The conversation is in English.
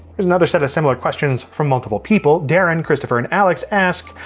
here's another set of similar questions from multiple people. deryn, christopher, and alyxx ask,